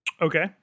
Okay